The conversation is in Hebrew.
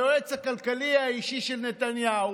היועץ הכלכלי האישי של נתניהו,